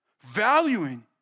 Valuing